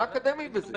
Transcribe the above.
מה אקדמי בזה?